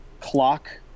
clock